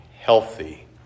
healthy